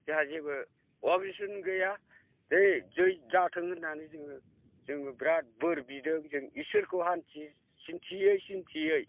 जाहा जेबो अबजेटसन गैया दे जै जाथों होननानै जोङो जोङो बिराद बोर बिदों जों इसोरखौ सिन्थियै सिन्थियै